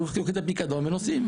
היו לוקחים את הפיקדון ונוסעים,